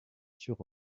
sur